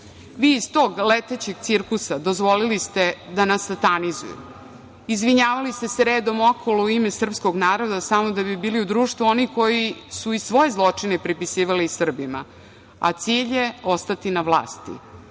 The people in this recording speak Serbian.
Vi iz tog "Letećeg cirkusa" dozvolili ste da nas satanizuju. Izvinjavali ste se redom okolo u ime srpskog naroda samo da bi bili u društvu onih koji su i svoje zločine prepisivali Srbima, a cilj je ostati na vlasti.